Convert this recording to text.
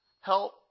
help